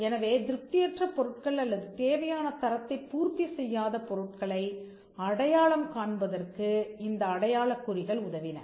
எனவே திருப்தியற்ற பொருட்கள் அல்லது தேவையான தரத்தைப் பூர்த்தி செய்யாத பொருட்களை அடையாளம் காண்பதற்கு இந்த அடையாளக் குறிகள் உதவின